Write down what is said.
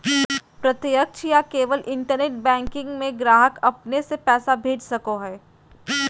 प्रत्यक्ष या केवल इंटरनेट बैंकिंग में ग्राहक अपने से पैसा भेज सको हइ